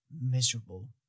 miserable